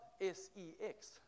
S-E-X